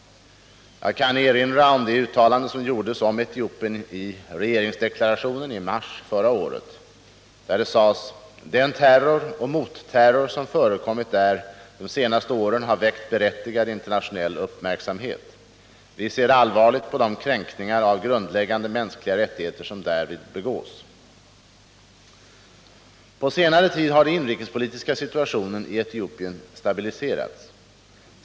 Jag kan erinra om det uttalande som gjordes om Etiopien i regeringsdeklarationen i mars förra året, där det sades: ”Den terror och motterror som förekommit där de senaste åren har väckt berättigad internationell uppmärksamhet. Vi ser allvarligt på de kränkningar av grundläggande mänskliga rättigheter som därvid begås.” ”På senare tid har den inrikespolitiska situationen i Etiopien stabiliserats.